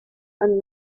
and